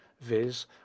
viz